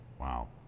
Wow